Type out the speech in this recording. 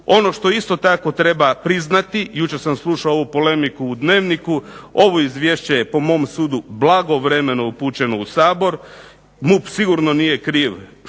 Ono što isto tako treba priznati, jučer sam slušao ovu polemiku u Dnevniku, ovo izvješće je po mom sudu blagovremeno upućeno u Sabor, MUP sigurno nije kriv što